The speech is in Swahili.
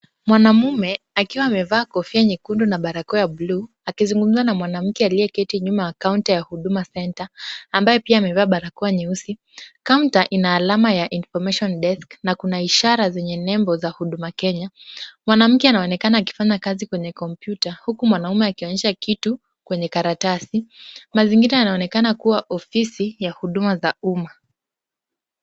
Mwanamume akiwa amevaa kofia nyekundu na barakoa ya buluu. Akizungumza na mwanamke aliyeketi nyuma ya counter ya Huduma center ambaye pia amevaa barakoa nyeusi. Counter ina alama ya information desk , na Kuna ishara zenye nembo ya Huduma kenya. Mwanamke anaonekana akifanya kazi kwenye kompyuta huku mwanamme akionyesha kitu kwenye karatasi. Mazingira ya aonekana kuwa ya ofisi ya Huduma za umma.